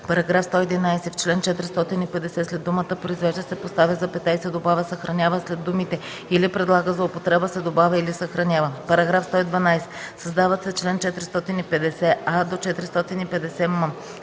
лв.” § 111. В чл. 450 след думата „произвежда” се поставя запетая и се добавя „съхранява”, а след думите „или предлага за употреба” се добавя „или съхранява”. § 112. Създават се чл. 450а – 450м: